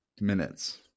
minutes